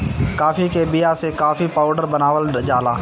काफी के बिया से काफी पाउडर बनावल जाला